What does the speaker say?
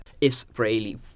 israeli